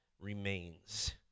remains